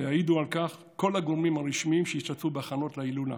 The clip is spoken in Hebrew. ויעידו על כך כל הגורמים הרשמיים שהשתתפו בהכנות להילולה: